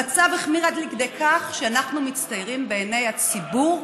המצב החמיר עד כדי כך שאנחנו מצטיירים בעיני הציבור